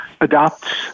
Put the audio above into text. adopts